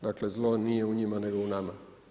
Dakle, zlo nije u njima nego u nama.